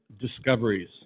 discoveries